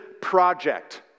project